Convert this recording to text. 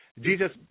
Jesus